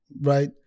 right